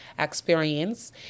experience